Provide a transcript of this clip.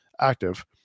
active